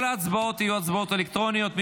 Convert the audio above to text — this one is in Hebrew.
כל ההצבעות יהיו הצבעות אלקטרוניות.